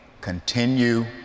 continue